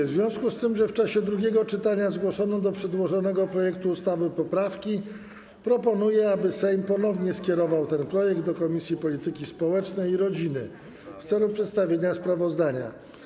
W związku z tym, że w czasie drugiego czytania zgłoszono do przedłożonego projektu ustawy poprawki, proponuję, aby Sejm ponownie skierował ten projekt do Komisji Polityki Społecznej i Rodziny w celu przedstawienia sprawozdania.